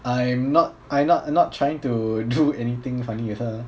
I am not I not not trying to do anything funny with her